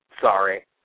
sorry